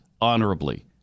honorably